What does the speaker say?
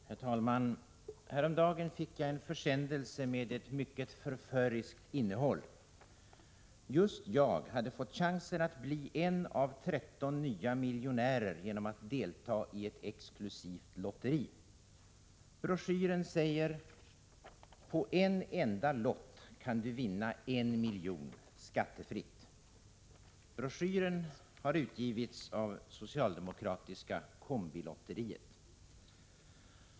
Herr talman! Häromdagen fick jag en försändelse med ett mycket förföriskt innehåll. Just jag hade fått chansen att bli en av 13 nya miljonärer genom att deltaga i ett exklusivt lotteri. Broschyren säger: ”På en enda lott kan du vinna 1 miljon skattefritt!” Denna broschyr hade utgivits av det socialdemokratiska kombilotteriet.